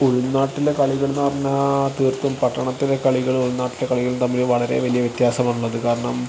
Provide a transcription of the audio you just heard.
ഉൾനാട്ടിലെ കളികളെന്ന് പറഞ്ഞാൽ തീർത്തും പട്ടണത്തിലെ കളികളും ഉൾനാട്ടിലെ കളികളും തമ്മിൽ വളരെ വലിയ വ്യത്യാസമാണുള്ളത് കാരണം